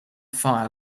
fire